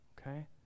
okay